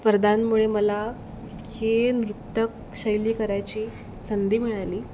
स्पर्धांमुळे मला हे नृत्यशैली करायची संधी मिळाली